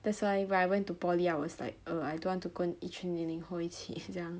that's why when I went to poly I was like err I don't want to 跟一群零零后一起这样